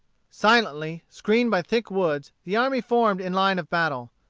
silently, screened by thick woods, the army formed in line of battle.